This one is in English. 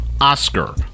Oscar